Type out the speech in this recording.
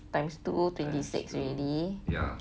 times two twenty six already